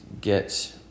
get